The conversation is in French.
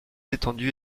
étendue